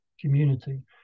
community